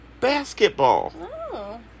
basketball